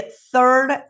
third